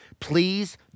Please